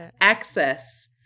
access